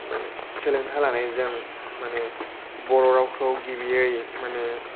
माने सोलोंथाइ लानायजों बर' रावखौ गिबियै माने